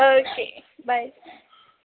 okay bye